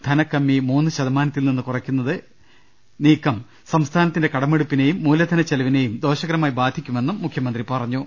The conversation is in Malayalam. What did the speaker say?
ധനകമ്മി മൂന്ന് ശതമാന ത്തിൽ നിന്ന് കുറയ്ക്കുന്ന ഏതുനീക്കവും സംസ്ഥാനത്തിന്റെ കടമെടുപ്പി നെയും മൂലധന ചെലവിനെയും ദോഷകരമായി ബാധിക്കുമെന്നും മുഖ്യ മന്ത്രി പറഞ്ഞു